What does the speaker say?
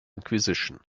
inquisition